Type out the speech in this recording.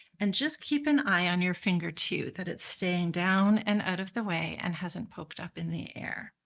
and just keep an eye on your finger two that it's staying down and out of the way and hasn't poked up in the air.